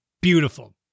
Beautiful